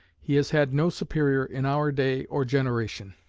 he has had no superior in our day or generation.